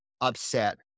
upset